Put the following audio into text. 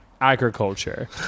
agriculture